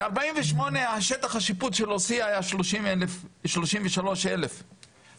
ב-1948 שטח השיפוט של עוספיה היה שלושים ושלוש אלף,